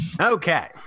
Okay